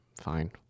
fine